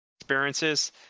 experiences